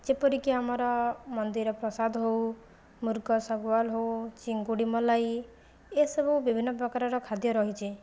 ଯେପରିକି ଆମର ମନ୍ଦିର ପ୍ରସାଦ ହେଉ ମୃଗସାଗୁଆଲ ହେଉ ଚିଙ୍ଗୁଡ଼ି ମଲାଇ ଏସବୁ ବିଭିନ୍ନ ପ୍ରକାରର ଖାଦ୍ୟ ରହିଛି